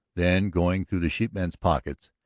then, going through the sheepman's pockets,